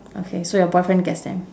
okay so your boyfriend gets them